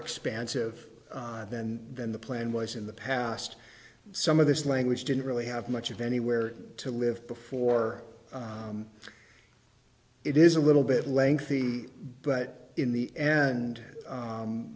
expansive than than the plan was in the past some of this language didn't really have much of anywhere to live before it is a little bit lengthy but in the end